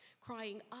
crying